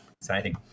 exciting